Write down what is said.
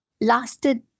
Lasted